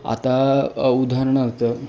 आता उदाहरणार्थ